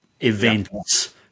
events